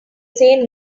same